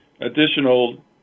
additional